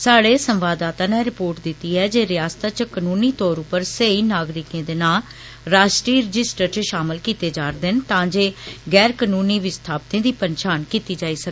साढे संवाददाता नै रिपोर्ट दिती ऐ जे रियासत च कनूनी तौर उप्पर सही नागरिकें दे नां राश्ट्री रजिस्टर च षामल कीते जा रदे न तां जे गैर कनूनी विस्थापितें दी पंछान कीती जाई सकै